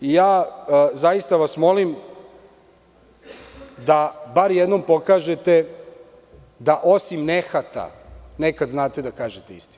Zaista vas molim da bar jednom pokažete da osim nehata nekada znate da kažete i istinu.